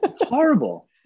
horrible